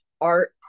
art